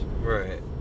Right